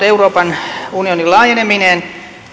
euroopan unionin laajeneminen